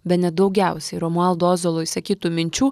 bene daugiausiai romualdo ozolo išsakytų minčių